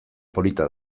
polita